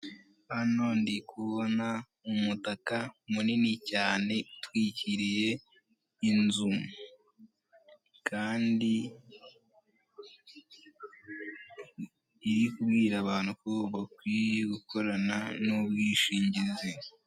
Hano ndikubona umutaka munini cyane utwikiriye inzu, kandi iri kubwira abantu ko bakwiye gukorana n'ubwishingizi.